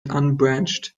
unbranched